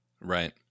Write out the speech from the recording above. Right